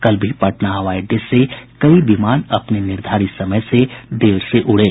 कल भी पटना हवाई अड्डे से कई विमान अपने निर्धारित समय से देर से उड़े